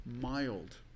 mild